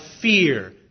fear